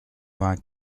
vingt